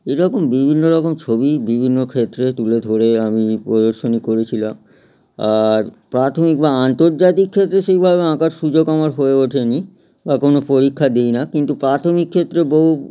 এরকম বিভিন্ন রকম ছবি বিভিন্ন ক্ষেত্রে তুলে ধরে আমি প্রদর্শনী করেছিলাম আর প্রাথমিক বা আন্তর্জাতিক ক্ষেত্রে সেইভাবে আঁকার সুযোগ আমার হয়ে ওঠে নি এখন পরীক্ষা দিই না কিন্তু প্রাথমিক ক্ষেত্রে বহু